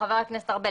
חבר הכנסת ארבל,